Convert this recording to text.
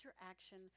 interaction